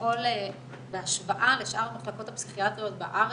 שכביכול בהשוואה לשאר המחלקות הפסיכיאטריות בארץ,